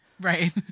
Right